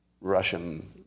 Russian